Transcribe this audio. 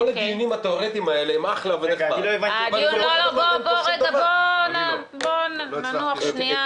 כל הדיונים התיאורטיים האלה --- בוא ננוח שנייה.